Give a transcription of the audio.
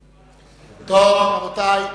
טוב, רבותי.